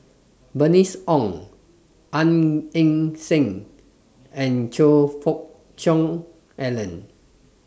Bernice Ong Gan Eng Seng and Choe Fook Cheong Alan